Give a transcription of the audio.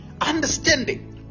understanding